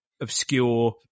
obscure